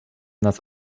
nas